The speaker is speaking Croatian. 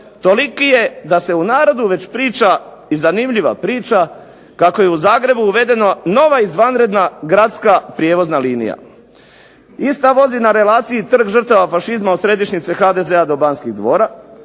toliki je da se u narodu već priča i zanimljiva priča, kako je u Zagrebu uvedena nova izvanredna gradska prijevozna linija. Ista vozi na relaciji Trg žrtava fašizma od središnjice HDZ-a do Banskih dvora,